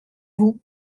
vous